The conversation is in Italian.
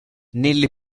nelle